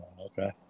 Okay